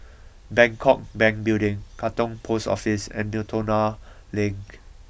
Bangkok Bank Building Katong Post Office and Miltonia Link